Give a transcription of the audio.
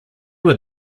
were